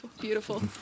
Beautiful